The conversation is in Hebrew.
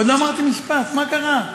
עוד לא אמרתי משפט, מה קרה?